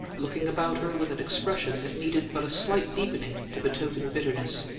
looking about her with an expression that needed but a slight deepening to betoken bitterness.